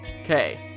Okay